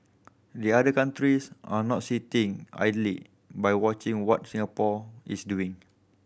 the other countries are not sitting idly by watching what Singapore is doing